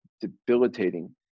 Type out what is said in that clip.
debilitating